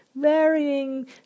varying